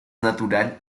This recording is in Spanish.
natural